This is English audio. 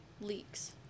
leaks